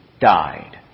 died